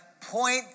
point